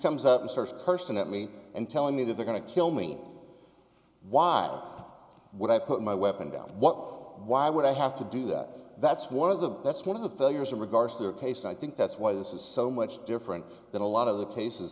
comes up and starts cursing at me and telling me that they're going to kill me why would i put my weapon down what why would i have to do that that's one of the that's one of the failures in regards to the case i think that's why this is so much different than a lot of the cases